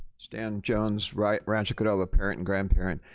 stan jones, right rancho cordova parent and grandparent.